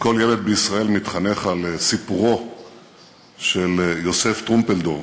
כל ילד בישראל מתחנך על סיפורו של יוסף טרומפלדור,